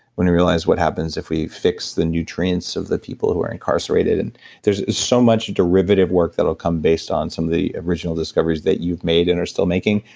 when we realize what happens if we fixed the nutrients of the people who are incarcerated. and there's so much derivative work that'll come based on some of the original discoveries that you've made, and are still making.